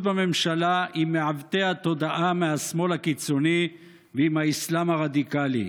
בממשלה עם מעוותי התודעה מהשמאל הקיצוני ועם האסלאם הרדיקלי,